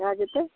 भऽ जेतै